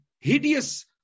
hideous